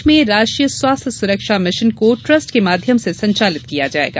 प्रदेश में राष्ट्रीय स्वास्थ्य सुरक्षा मिशन को ट्रस्ट के माध्यम से संचालित किया जाएगा